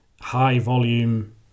high-volume